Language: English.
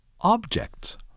Objects